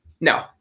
No